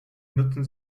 nutzen